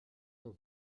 aux